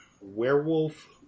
Werewolf